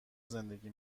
زندگی